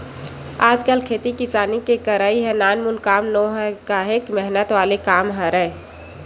आजकल खेती किसानी के करई ह नानमुन काम नोहय काहेक मेहनत वाले काम हरय